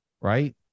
right